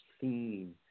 seen